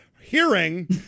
hearing